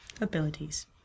abilities